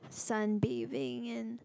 sunbathing and